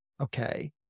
Okay